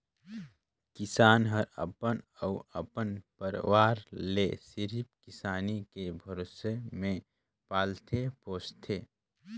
किसान हर अपन अउ अपन परवार ले सिरिफ किसानी के भरोसा मे पालथे पोसथे